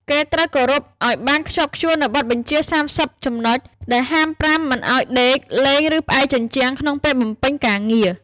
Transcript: គេត្រូវគោរពឱ្យបានខ្ជាប់ខ្ជួននូវបទបញ្ជាសាមសិបចំណុច ដែលហាមប្រាមមិនឱ្យដេក លេង ឬផ្អែកជញ្ជាំងក្នុងពេលបំពេញការងារ។